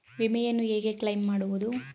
ವಿಮೆಯನ್ನು ಹೇಗೆ ಕ್ಲೈಮ್ ಮಾಡುವುದು?